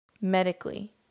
medically